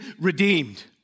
redeemed